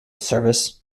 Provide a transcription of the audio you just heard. service